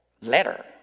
letter